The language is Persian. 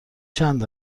چند